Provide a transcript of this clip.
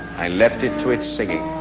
i left it to its singing,